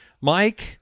Mike